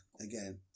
again